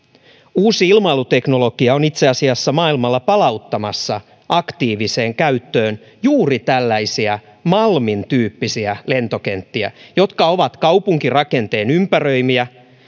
uusi ilmailuteknologia on itse asiassa maailmalla palauttamassa aktiiviseen käyttöön juuri tällaisia malmin tyyppisiä lentokenttiä jotka ovat kaupunkirakenteen ympäröimiä